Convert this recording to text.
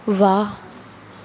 ਵਾਹ